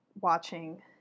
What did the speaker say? watching